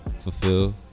Fulfill